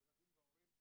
הילדים וההורים,